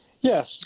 Yes